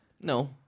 No